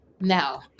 Now